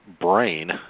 brain